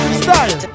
style